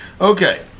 Okay